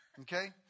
Okay